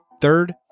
Third